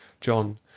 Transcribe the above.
John